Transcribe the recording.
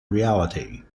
reality